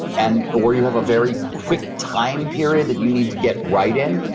and or you have a very quick time period that you need to get right in,